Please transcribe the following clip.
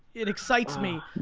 it excites me.